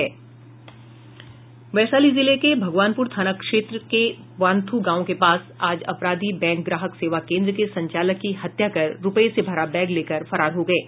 वैशाली जिले के भगवानपुर थाना क्षेत्र के वानथु गांव के पास आज अपराधी बैंक ग्राहक सेवा केन्द्र के संचालक की हत्या कर रूपये से भरा बैग लेकर फरार हो गये